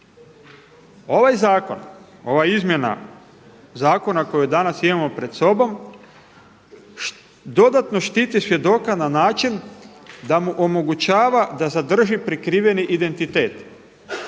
Ovaj zakon, ova izmjena zakona koju danas imamo pred sobom dodatno štiti svjedoka na način da mu omogućava da zadrži prikriveni identitet,